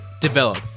develop